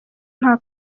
nta